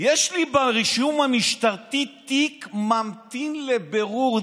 יש לי ברישום המשטרתי תיק ממתין לבירור דין.